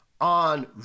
on